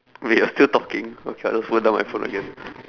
wait you're still talking okay put down my phone again